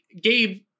Gabe